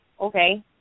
okay